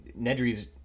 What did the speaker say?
nedry's